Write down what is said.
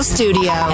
Studio